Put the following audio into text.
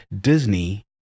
Disney